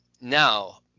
Now